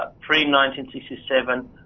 pre-1967